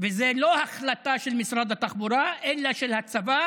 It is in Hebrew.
וזו לא החלטה של משרד התחבורה אלא של הצבא